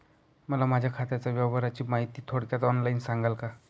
मला माझ्या खात्याच्या व्यवहाराची माहिती थोडक्यात ऑनलाईन सांगाल का?